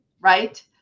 right